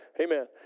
Amen